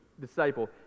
disciple